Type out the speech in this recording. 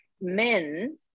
men